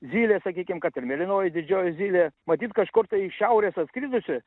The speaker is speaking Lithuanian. zylė sakykim kad ir mėlynoji didžioji zylė matyt kažkur tai iš šiaurės atskridusi